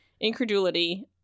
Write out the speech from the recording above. Incredulity